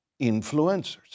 influencers